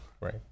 Right